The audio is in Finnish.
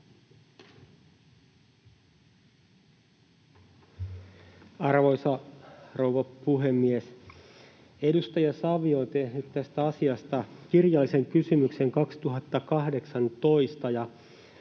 Arvoisa rouva puhemies! Edustaja Savio on tehnyt tästä asiasta kirjallisen kysymyksen 2018,